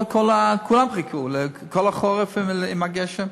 כולם חיכו כל החורף לגשם.